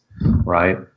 right